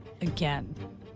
again